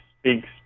speaks